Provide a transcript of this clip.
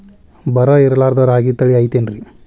ಬರ ಇರಲಾರದ್ ರಾಗಿ ತಳಿ ಐತೇನ್ರಿ?